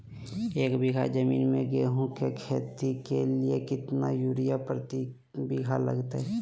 एक बिघा जमीन में गेहूं के खेती के लिए कितना यूरिया प्रति बीघा लगतय?